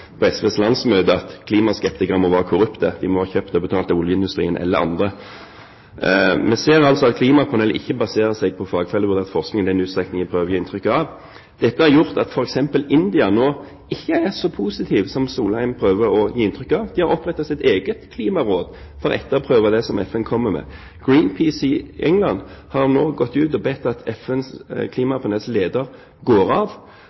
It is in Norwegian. på SVs landsmøte at klimaskeptikerne må være korrupte. De må være kjøpt og betalt av oljeindustrien eller andre. Vi ser altså at klimapanelet ikke baserer seg på fagfellevurdert forskning i den utstrekning en prøver å gi inntrykk av. Dette har gjort at f.eks. India nå ikke er så positiv som Solheim prøver å gi inntrykk av. De har opprettet sitt eget klimaråd for å etterprøve det som FN kommer med. Greenpeace i England har nå gått ut og bedt om at FNs klimapanels leder går av,